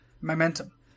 Momentum